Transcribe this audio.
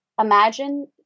imagine